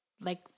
Like-